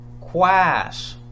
quash